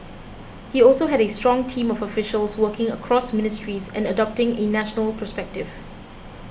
he also had a strong team of officials working across ministries and adopting a national perspective